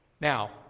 Now